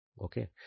Okay